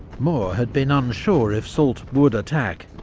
moore had been unsure if soult would attack,